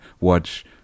watch